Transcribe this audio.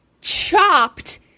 chopped